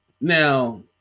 Now